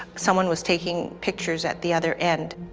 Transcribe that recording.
someone was taking pictures at the other end.